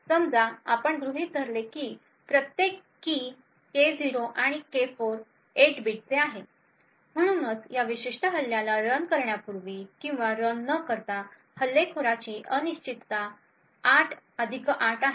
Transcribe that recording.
समजा आपण गृहित धरले की प्रत्येक की K0 आणि K4 8 बिटचे आहे म्हणूनच या विशिष्ट हल्ल्याला रन करण्यापूर्वी किंवा रन न करता हल्लेखोराची अनिश्चितता 8 अधिक 8 आहे